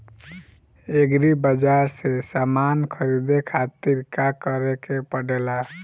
Agri बाज़ार से समान ख़रीदे खातिर का करे के पड़ेला?